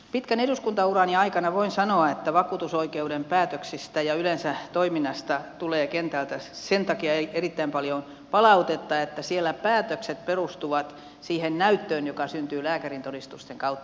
pitkän eduskuntaurani ajalta voin sanoa että vakuutusoikeuden päätöksistä ja yleensä toiminnasta tulee kentältä sen takia erittäin paljon palautetta että siellä päätökset perustuvat siihen näyttöön joka syntyy lääkärintodistusten kautta